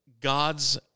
God's